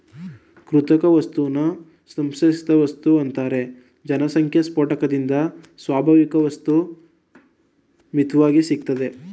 ಕೃತಕ ವಸ್ತುನ ಸಂಶ್ಲೇಷಿತವಸ್ತು ಅಂತಾರೆ ಜನಸಂಖ್ಯೆಸ್ಪೋಟದಿಂದ ಸ್ವಾಭಾವಿಕವಸ್ತು ಮಿತ್ವಾಗಿ ಸಿಗ್ತದೆ